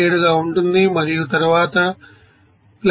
97 ఉంటుంది మరియు తరువాత 2